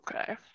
Okay